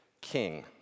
king